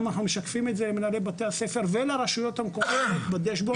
גם אנחנו משקפים את זה למנהלי בתי הספר ולרשויות המקומיות בדש-בורד